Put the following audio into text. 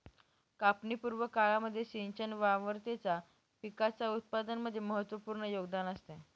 कापणी पूर्व काळामध्ये सिंचन वारंवारतेचा पिकाच्या उत्पादनामध्ये महत्त्वपूर्ण योगदान असते